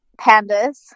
pandas